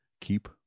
keep